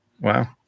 Wow